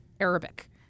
Arabic